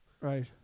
Right